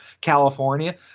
California